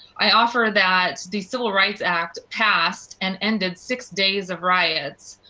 i offer that the civil rights act passed and ended, six days of riots,